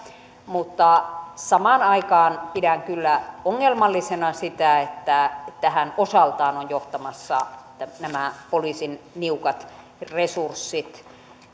mutta samaan aikaan pidän kyllä ongelmallisena sitä että tähän osaltaan ovat johtamassa nämä poliisin niukat resurssit